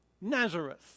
Nazareth